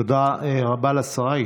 תודה רבה לשרה.